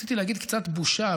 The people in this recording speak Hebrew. רציתי להגיד "קצת בושה",